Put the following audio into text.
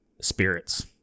spirits